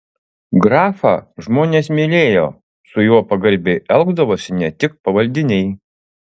grafą žmonės mylėjo su juo pagarbiai elgdavosi ne tik pavaldiniai